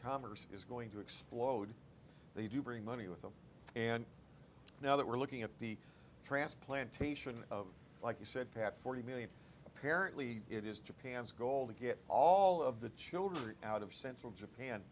commerce is going to explode they do bring money with them and now that we're looking at the trance plantation like you said pat forty million apparently it is japan's goal to get all of the children out of central japan